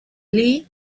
lee